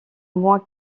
moins